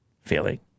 feeling